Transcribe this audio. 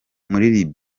muri